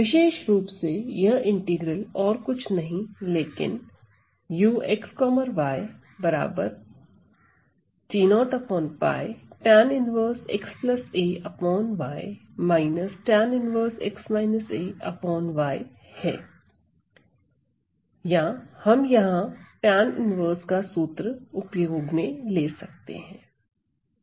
विशेष रूप से यह इंटीग्रल और कुछ नहीं लेकिन या हम यहां tan 1 का सूत्र उपयोग में ले सकते हैं